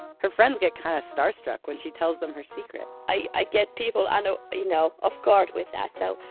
her friends get kind of starstruck when she tells them her secret i get people i know, you know, off guard with that. so,